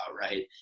right